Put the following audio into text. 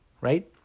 right